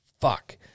fuck